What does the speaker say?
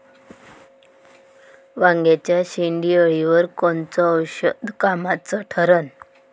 वांग्याच्या शेंडेअळीवर कोनचं औषध कामाचं ठरन?